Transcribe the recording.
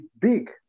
big